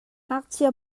ngakchia